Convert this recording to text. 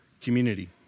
community